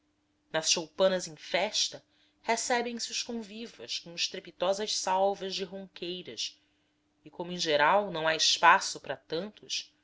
nas choupanas em festas recebem se os convivas com estrepitosas salvas de rouqueiras e como em geral não há espaço para tantos